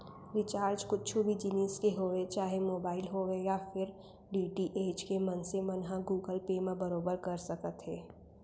recharge कुछु भी जिनिस के होवय चाहे मोबाइल होवय या फेर डी.टी.एच के मनसे मन ह गुगल पे म बरोबर कर सकत हे